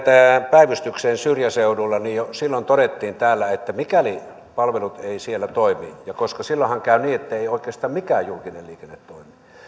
päivystykseen syrjäseudulla niin jo silloin todettiin täällä että mikäli palvelut eivät siellä toimi ja silloinhan käy niin ettei oikeastaan mikään julkinen liikenne toimi niin